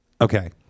Okay